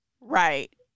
Right